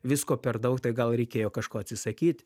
visko per daug tai gal reikėjo kažko atsisakyt